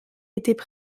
étaient